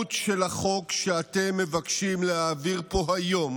המשמעות של החוק שאתם מבקשים להעביר פה היום